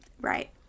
Right